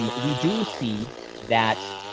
um we do see that,